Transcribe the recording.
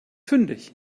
fündig